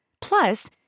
Plus